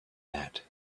that